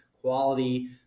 quality